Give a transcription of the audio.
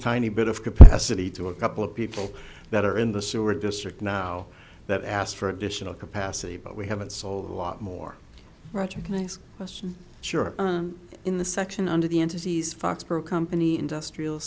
tiny bit of capacity to a couple of people that are in the sewer district now that asked for additional capacity but we haven't sold a lot more right you can ask questions sure in the section under the entities foxborough company industrial